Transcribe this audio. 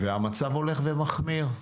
והמצב הולך ומחמיר.